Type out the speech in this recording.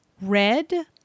red